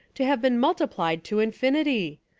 to have been multi plied to infinity.